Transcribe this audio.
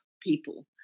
people